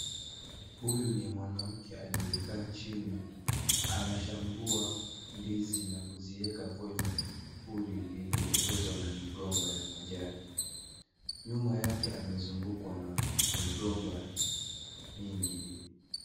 Huyu ni mwanamke aliyekaa chini, anachambua ndizi na kuziweka kwenye huli lililotengenezwa na migomba ya majani. Nyuma yake amezungukwa na migomba mingi.